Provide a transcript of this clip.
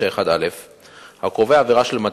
שנייה ולקריאה שלישית לוועדת הכלכלה של הכנסת.